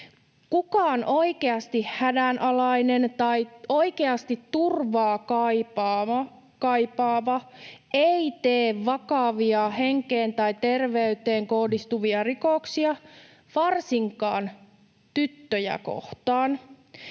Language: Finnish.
Kukaan oikeasti hädänalainen tai oikeasti turvaa kaipaava ei tee vakavia henkeen tai terveyteen kohdistuvia rikoksia, varsinkaan tyttöjä kohtaan.